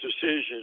decisions